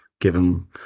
given